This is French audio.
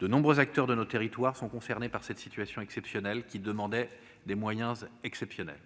De nombreux acteurs de nos territoires sont concernés par cette situation exceptionnelle, qui demandait des moyens exceptionnels.